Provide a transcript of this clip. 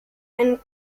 ein